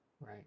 Right